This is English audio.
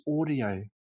audio